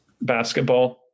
basketball